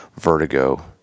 vertigo